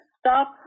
stop